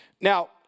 Now